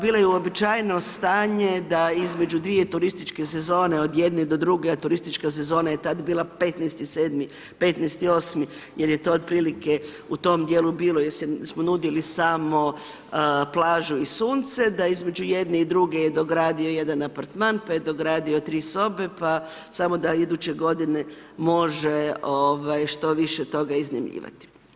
Bilo je uobičajeno stanje, da između 2 turističke sezone, od jedne do druge, a turistička sezona je tada bila 15.7., 15.8. jer je to otprilike u tom dijelu bilo, jer smo nudili samo plažu i sunce da između jedne i druge je dogradio jednu jedan apartman, pa je dogradio tri sobe, pa samo da iduće godine može što više toga iznajmljivati.